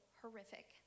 horrific